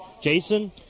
Jason